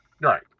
Right